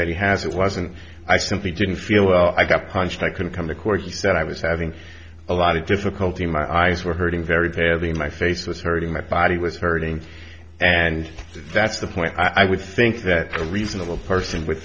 that he has it wasn't i simply didn't feel well i got punched i could've come to court he said i was having a lot of difficulty in my eyes were hurting very badly in my face was hurting my body was hurting and that's the point i would think that a reasonable person w